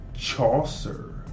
Chaucer